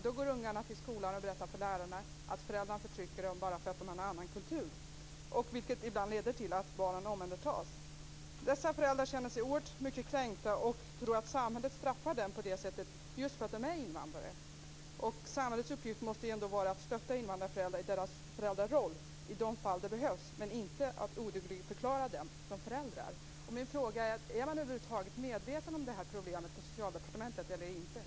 Då går ungarna till skolan och berättar för lärarna att föräldrarna förtrycker dem bara för att de har en annan kultur. Det leder ibland till att barnen omhändertas. Dessa föräldrar känner sig oerhört kränkta och tror att samhället straffar dem på det sättet just för att de är invandrare. Samhällets uppgift måste ju ändå vara att stötta invandrarföräldrar i deras föräldraroll i de fall det behövs och inte att odugligförklara dem som föräldrar. Min fråga är: Är man över huvud taget medveten om det här problemet på Socialdepartementet?